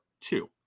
two